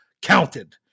counted